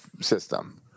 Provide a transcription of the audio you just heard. system